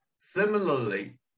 similarly